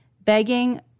begging